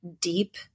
deep